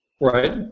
Right